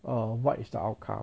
err what is the outcome